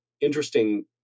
interesting